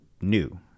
new